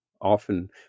often